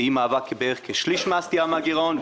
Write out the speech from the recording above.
שהיא מהווה בערך כשליש מהסטייה מהגרעון,